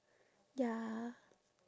ya